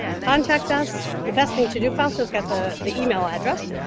contact us. the best thing to do fausto's got the the email address,